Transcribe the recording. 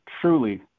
truly